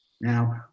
Now